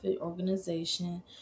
organization